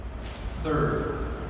Third